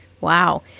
Wow